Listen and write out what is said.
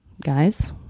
guys